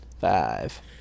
five